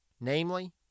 namely